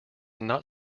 not